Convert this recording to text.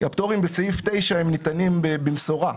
הפטורים בסעיף 9 דנים במסורה.